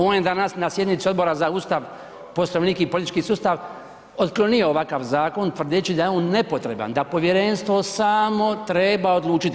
On je danas na sjednici Odbora za Ustav, poslovnik i politički sustav otklonio ovakav zakon tvrdeći da je on nepotreban da povjerenstvo samo treba odlučiti.